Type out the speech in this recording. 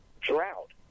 drought